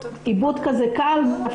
בעיבוד קל.